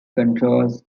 controls